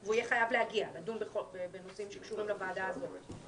והוא יהיה חייב להגיע לדון בנושאים שקשורים לוועדה הזאת.